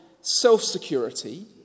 self-security